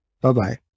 Bye-bye